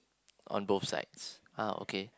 on both sides ah okay